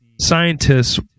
scientists